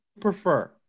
prefer